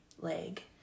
leg